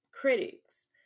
Critics